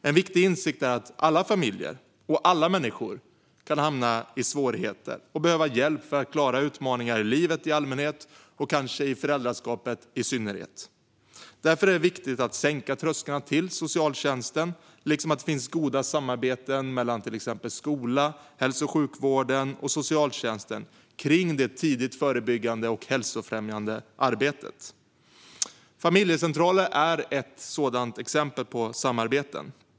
En viktig insikt är att alla familjer och alla människor kan hamna i svårigheter och behöva hjälp för att klara utmaningar i livet i allmänhet och kanske i föräldraskapet i synnerhet. Därför är det viktigt att sänka trösklarna till socialtjänsten liksom att det finns goda samarbeten mellan till exempel skola, hälso och sjukvård och socialtjänst kring det tidigt förebyggande och hälsofrämjande arbetet. Familjecentraler är ett sådant exempel på samarbeten.